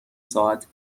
ساعت